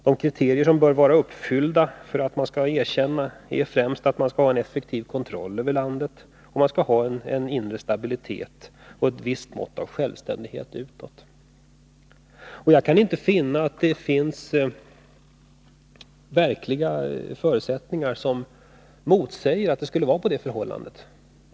De kriterier som skall vara uppfyllda för att man skall erkänna är främst att regeringen skall ha effektiv kontroll över landet, att det råder inre stabilitet och att landet har ett visst mått av självständighet utåt. Jag kan inte se att det finns några verkliga omständigheter som motsäger att det skulle vara på det sättet.